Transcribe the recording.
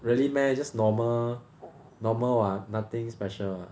really meh just normal normal [what] nothing special [what]